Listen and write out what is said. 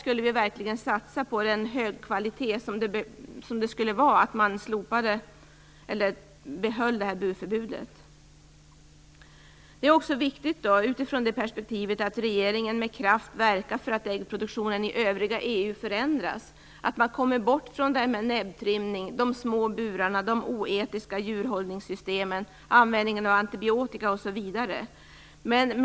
Men vi borde verkligen satsa på den höga kvalitet som det skulle innebära att man behöll burförbudet. Utifrån det perspektivet är det också viktigt att regeringen med kraft verkar för att äggproduktionen i övriga EU förändras, att man kommer bort från detta med näbbtrimning, de små burarna, de oetiska djurhållningssystem, användningen av antibiotika osv.